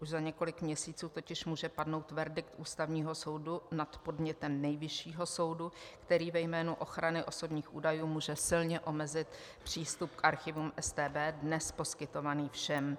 Za několik měsíců totiž může padnout verdikt Ústavního soudu nad podnětem Nejvyššího soudu, který ve jménu ochrany osobních údajů může silně omezit přístup k archivům StB, dnes poskytovaný všem.